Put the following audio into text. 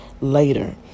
later